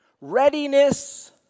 readiness